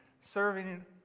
serving